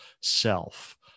self